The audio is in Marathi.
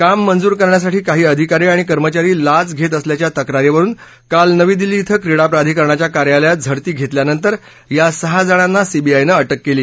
काम मंजुर करण्यासाठी काही अधिकारी आणि कर्मचारी लाच घेत असल्याच्या तक्रारीवरुन काल नवी दिल्ली इथं क्रीडा प्राधिकरणाच्या कार्यालयात झडती घेतल्यानंतर या सहाजणांना सीबीआयनं अटक केली